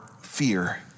fear